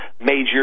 major